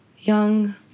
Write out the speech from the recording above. Young